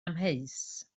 amheus